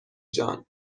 جان